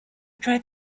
tried